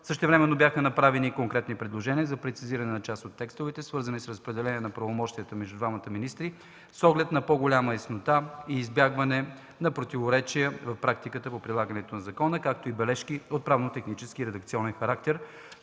Същевременно бяха направени конкретни предложения за прецизиране на част от текстовете, свързани с разпределяне на правомощията между двамата министри с оглед на по-голяма яснота и избягване на противоречия в практиката по прилагането на закона, както и бележки от правно-технически и редакционен характер,